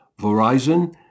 Verizon